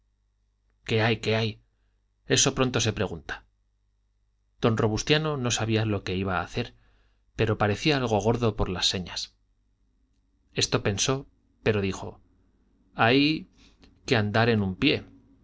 qué hay qué hay eso pronto se pregunta don robustiano no sabía lo que iba a hacer pero parecía algo gordo por las señas esto pensó pero dijo hay que andar en un pie